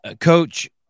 Coach